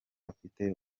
afite